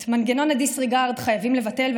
את מנגנון הדיסרגרד חייבים לבטל,